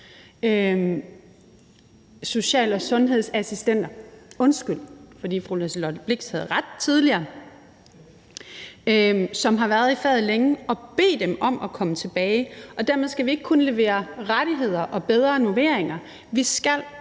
været i svangreomsorgen længe, som har været i faget længe, og bede dem om at komme tilbage. Dermed skal vi ikke kun levere rettigheder og bedre normeringer,